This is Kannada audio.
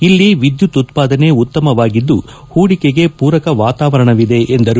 ಇಲ್ಲಿ ವಿದ್ಯುತ್ ಉತ್ತಾದನೆ ಉತ್ತಮವಾಗಿದ್ದು ಪೂಡಿಕೆಗೆ ಪೂರಕ ವಾತಾವರಣ ಇದೆ ಎಂದರು